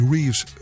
Reeves